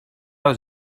was